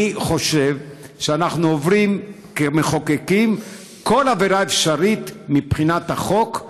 אני חושב שאנחנו עוברים כמחוקקים כל עבירה אפשרית מבחינת החוק,